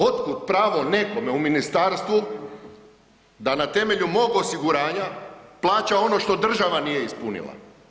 Od kud pravo nekome u ministarstvu da na temelju mog osiguranja plaća ono što država nije ispunila?